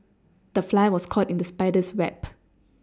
the fly was caught in the spider's web